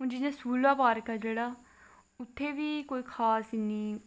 हून सूला पार्क ऐ जेह्ड़ा उत्थें बी खास इन्नी कोई